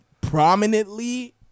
prominently